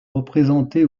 représentés